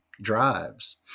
drives